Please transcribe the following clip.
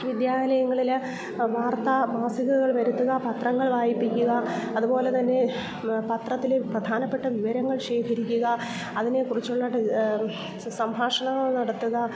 വിദ്യാലയങ്ങളിൽ വാർത്താമാസികകൾ വരുത്തുക പത്രങ്ങൾ വായിപ്പിക്കുക അതുപോലെത്തന്നെ പത്രത്തിലെ പ്രധാനപ്പെട്ട വിവരങ്ങൾ ശേഖരിക്കുക അതിനെക്കുറിച്ചുള്ള സംഭാഷണങ്ങൾ നടത്തുക